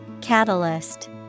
Catalyst